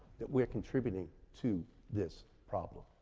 we're contributing to this problem.